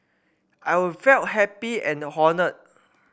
I'll felt happy and